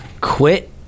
quit